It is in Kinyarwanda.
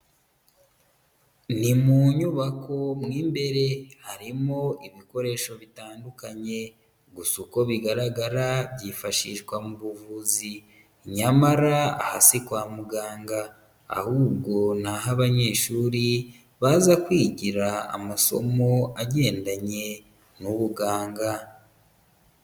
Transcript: Ni mu nyubako mo imbere, harimo ibikoresho bitandukanye, gusa uko bigaragara byifashishwa mu buvuzi, nyamara si kwa muganga, ahubwo ni aho abanyeshuri baza kwigira amasomo agendanye n'ubuganga.